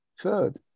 Third